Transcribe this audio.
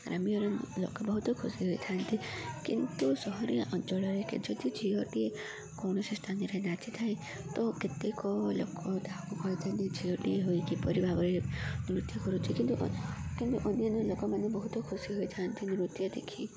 ଗ୍ରାମ୍ୟର ଲୋକ ବହୁତ ଖୁସି ହୋଇଥାନ୍ତି କିନ୍ତୁ ସହରୀୟ ଅଞ୍ଚଳରେ ଯଦି ଝିଅଟିଏ କୌଣସି ସ୍ଥାନରେ ନାଚିଥାଏ ତ କେତେକ ଲୋକ ତାହାକୁ କହିଥାନ୍ତି ଝିଅଟିଏ ହୋଇ କିପରି ଭାବରେ ନୃତ୍ୟ କରୁଛି କିନ୍ତୁ କିନ୍ତୁ ଅନ୍ୟାନ୍ୟ ଲୋକମାନେ ବହୁତ ଖୁସି ହୋଇଥାନ୍ତି ନୃତ୍ୟ ଦେଖି